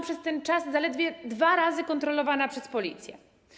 Przez ten czas zaledwie dwa razy byłam kontrolowana przez Policję.